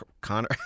Connor